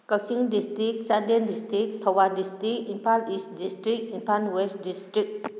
Kakching district Chandel district Thoubal district Imphal East district Imphal West district